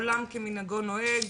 עולם כמנהגו נוהג,